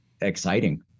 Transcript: exciting